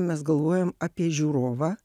mes galvojam apie žiūrovą